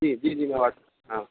جی جی میں واٹ ہاں